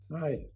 Hi